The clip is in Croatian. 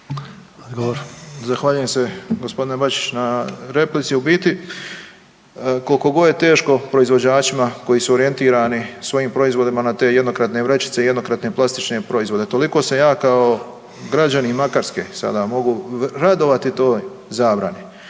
Zahvaljujem se g. Bačić na replici. U biti koliko god je teško proizvođačima koji su orijentirani svojim proizvodima na te jednokratne vrećice i jednokratne plastične proizvode, toliko sam ja kao građanin Makarske, sada mogu radovati toj zabrani.